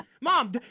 Mom